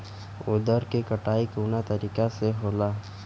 उरद के कटाई कवना तरीका से होला?